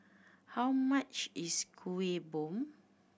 how much is Kuih Bom